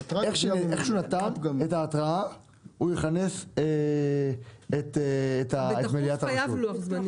איך שהוא נתן את ההתראה הוא יכנס את מליאת הרשות.